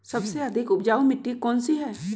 सबसे अधिक उपजाऊ मिट्टी कौन सी हैं?